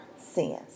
sins